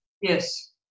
Yes